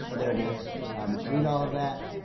there it is um read all of that.